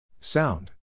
Sound